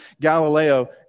Galileo